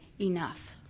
enough